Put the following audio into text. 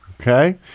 Okay